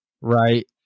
Right